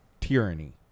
tyranny